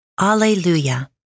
Alleluia